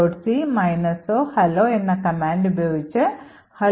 c o hello എന്ന command ഉപയോഗിച്ച് Hello